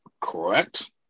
Correct